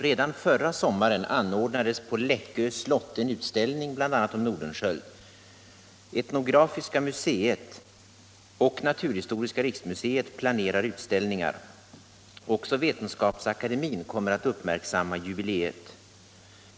Redan förra sommaren anordnades genom Nordostpaspå Läckö slott en utställning bl.a. om Nordenskiöld. Etnografiska museet — sagen och naturhistoriska riksmuseet planerar utställningar. Också Vetenskapsakademien kommer att uppmärksamma jubileet.